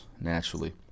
naturally